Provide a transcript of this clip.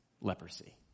leprosy